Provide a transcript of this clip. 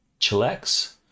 chillax